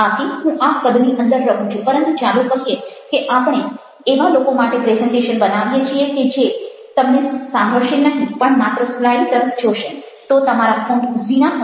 આથી હું આ હદની અંદર રહું છું પરંતુ ચાલો કહીએ કે આપણે એવા લોકો માટે પ્રેઝન્ટેશન બનાવીએ છીએ કે જે તમને સાંભળશે નહિ પણ માત્ર સ્લાઈડ તરફ જોશે તો તમારા ફોન્ટ ઝીણા હશે